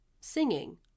singing